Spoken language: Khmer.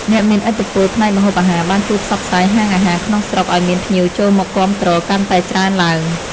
អ្នកមានឥទ្ធិពលផ្នែកម្ហូបអាហារបានជួយផ្សព្វផ្សាយហាងអាហារក្នុងស្រុកឱ្យមានភ្ញៀវចូលមកគាំទ្រកាន់តែច្រើនឡើង។